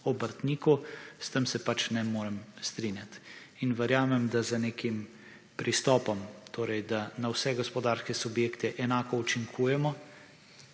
obrtniku s tem se ne morem strinjati in verjamem, da z nekim pristopom torej, da na vse gospodarske subjekte enako učinkujemo,